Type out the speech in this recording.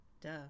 duh